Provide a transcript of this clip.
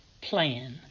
plan